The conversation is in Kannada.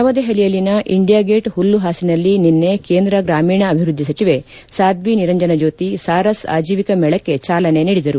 ನವದೆಹಲಿಯಲ್ಲಿನ ಇಂಡಿಯಾ ಗೇಟ್ ಹುಲ್ಲು ಹಾಸಿನಲ್ಲಿ ನಿನ್ನೆ ಕೇಂದ್ರ ಗ್ರಾಮೀಣ ಅಭಿವೃದ್ಧಿ ಸಚಿವೆ ಸಾದ್ವಿ ನಿರಂಜನ ಜ್ಲೋತಿ ಸಾರಸ್ ಅಜೀವಿಕ ಮೇಳಕ್ಕೆ ಚಾಲನೆ ನೀಡಿದರು